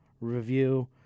Review